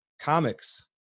comics